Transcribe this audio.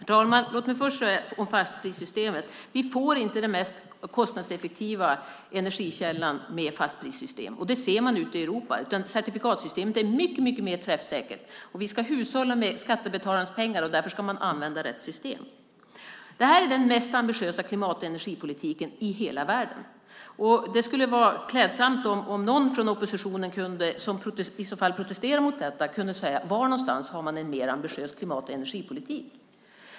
Herr talman! Låt mig först säga något om fastprissystemet. Vi får inte den mest kostnadseffektiva energikällan med fastprissystem. Det ser man ute i Europa. Certifikatsystemet är mycket mer träffsäkert. Vi ska hushålla med skattebetalarnas pengar. Därför ska man använda rätt system. Det här är den mest ambitiösa klimat och energipolitiken i hela världen. Om någon från oppositionen protesterar mot detta skulle det vara klädsamt om denne i så fall kunde säga var någonstans man har en mer ambitiös klimat och energipolitik.